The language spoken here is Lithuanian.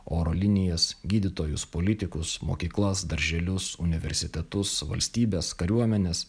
oro linijas gydytojus politikus mokyklas darželius universitetus valstybes kariuomenes